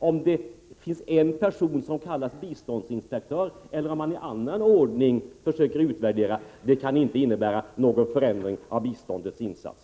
Att det finns en person som kallas biståndsinspektör eller att man i annan ordning försöker utvärdera verksamheten innebär inte någon förändring av biståndsinsatserna.